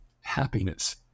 happiness